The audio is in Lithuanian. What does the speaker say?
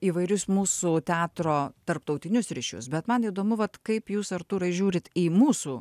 įvairius mūsų teatro tarptautinius ryšius bet man įdomu vat kaip jūs artūrai žiūrit į mūsų